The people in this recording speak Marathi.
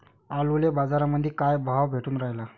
आलूले बाजारामंदी काय भाव भेटून रायला?